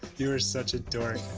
you are such a dork,